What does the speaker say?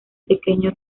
pequeño